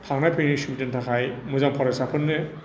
थांनाय फैनायनि सुबिदानि थाखाय मोजां फरायसाफोरनो